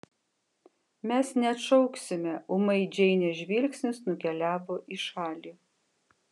mes neatšauksime ūmai džeinės žvilgsnis nukeliavo į šalį